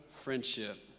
friendship